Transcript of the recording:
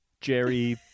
Jerry